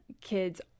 kids